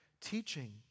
teaching